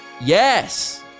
yes